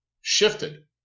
shifted